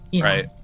right